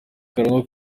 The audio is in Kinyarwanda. karangwa